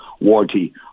warranty